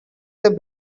they